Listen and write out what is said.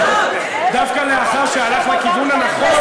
כן, דווקא לאחר שהלך לכיוון הנכון,